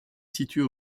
située